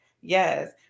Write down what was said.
Yes